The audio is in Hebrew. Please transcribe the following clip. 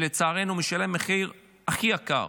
שלצערנו משלם מחיר הכי יקר